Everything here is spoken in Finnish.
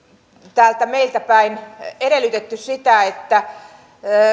täältä meiltä päin edellytetty sitä että